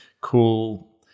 cool